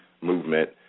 Movement